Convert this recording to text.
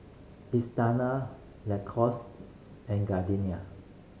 Isetana Lacoste and Gardenia